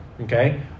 okay